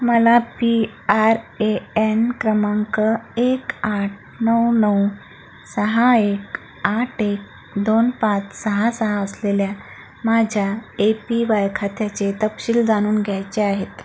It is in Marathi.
मला पी आर ए एन क्रमांक एक आठ नऊ नऊ सहा एक आठ एक दोन पाच सहा सहा असलेल्या माझ्या ए पी वाय खात्याचे तपशील जाणून घ्यायचे आहेत